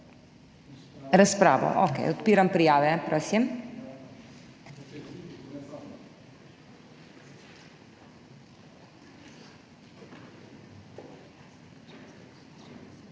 Razpravo. Okej. Odpiram prijave. Prosim.